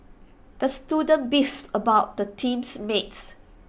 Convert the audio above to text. the student beefed about his teams mates